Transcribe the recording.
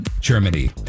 Germany